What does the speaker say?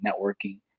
networking